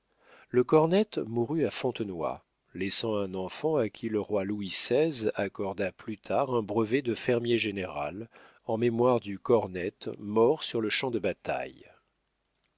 le cornette mourut à fontenoy laissant un enfant à qui le roi louis xvi accorda plus tard un brevet de fermier général en mémoire du cornette mort sur le champ de bataille